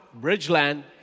Bridgeland